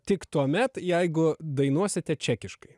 tik tuomet jeigu dainuosite čekiškai